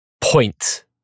point